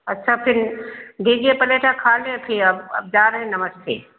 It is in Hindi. अच्छा फिर दीजिए पलेट हाँ खा लें फिर अब अब जा रहे हैं नमस्ते